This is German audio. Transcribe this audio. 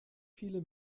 viele